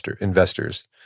investors